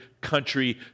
country